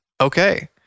Okay